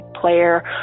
player